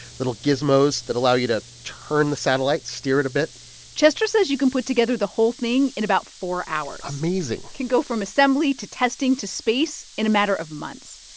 little gizmos that allow you to turn the satellite, steer it a bit chester says you can put together the whole thing in about four hours amazing it can go from assembly to testing to space in a matter of months,